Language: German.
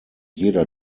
jeder